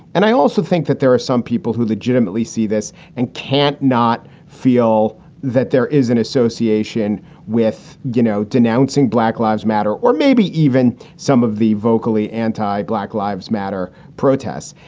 and i also think that there are some people who legitimately see this and can't not feel that there is an association with, you know, denouncing black lives matter or maybe even some of the vocally anti black lives matter protests.